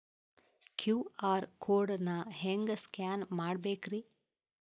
QR code ನಾ ಹೆಂಗ scan ಮಾಡಬೇಕ್ರಿ?